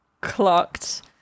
clocked